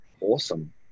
awesome